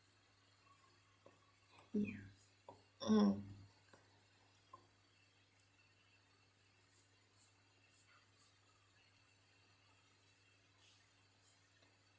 mm mm